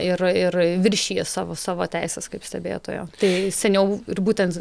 ir ir viršija savo savo teises kaip stebėtojo tai seniau ir būtent